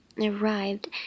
arrived